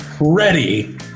Ready